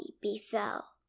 befell